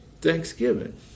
Thanksgiving